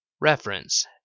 reference